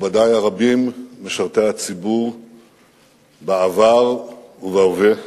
מכובדי הרבים, משרתי הציבור בעבר ובהווה,